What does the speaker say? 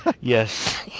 Yes